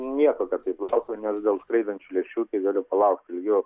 nieko kad taip laukiau nes dėl skraidančių lėkščių tai galiu palaukt ilgiau